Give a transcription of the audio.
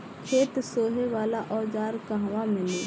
खेत सोहे वाला औज़ार कहवा मिली?